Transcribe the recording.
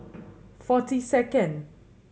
forty second